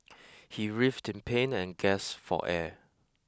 he writhed in pain and gasped for air